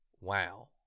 wow